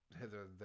hither